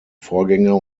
vorgänger